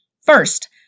First